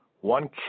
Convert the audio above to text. one